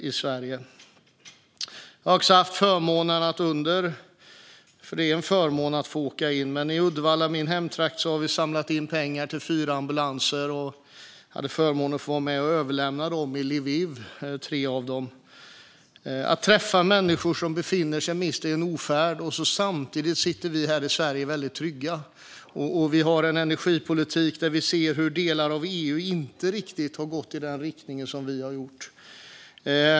I min hemtrakt Uddevalla samlade vi in pengar till fyra ambulanser, och jag hade förmånen att vara med att överlämna tre av dem i Lviv. Människor där befinner sig i ofärd samtidigt som vi i Sverige är väldigt trygga. När det gäller energipolitiken ser vi hur delar av EU inte har gått i samma riktning som Sverige.